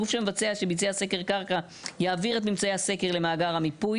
גוף שביצע סקר קרקע יעביר את ממצאי הסקר למאגר המיפוי